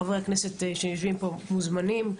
חברי הכנסת שיושבים פה מוזמנים.